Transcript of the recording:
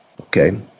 Okay